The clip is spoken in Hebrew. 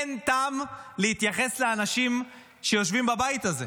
אין טעם להתייחס לאנשים שיושבים בבית הזה.